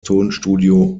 tonstudio